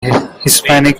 hispanic